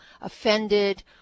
offended